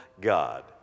God